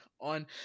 on